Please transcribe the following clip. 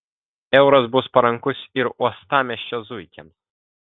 euras bus parankus ir uostamiesčio zuikiams